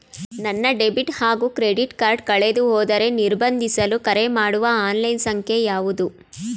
ನನ್ನ ಡೆಬಿಟ್ ಹಾಗೂ credit card ಕಳೆದುಹೋದರೆ ನಿರ್ಬಂಧಿಸಲು ಕರೆಮಾಡುವ ಆನ್ಲೈನ್ ಸಂಖ್ಯೆಯಾವುದು?